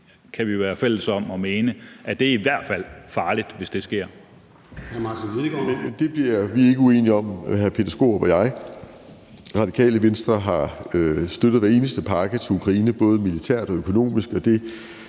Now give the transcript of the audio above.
kan vi være fælles om at mene i hvert fald er farligt, hvis det sker.